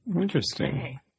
Interesting